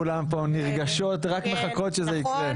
כולן פה נרגשות ורק מחכות שזה יקרה.